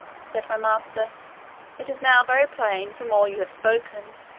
said my master it is now very plain, from all you have spoken,